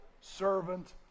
servant